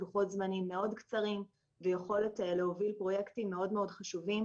לוחות זמנים מאוד קצרים ויכולת להוביל פרויקטים מאוד חשובים,